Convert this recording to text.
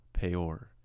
Peor